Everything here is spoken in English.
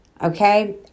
okay